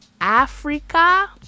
Africa